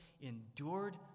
endured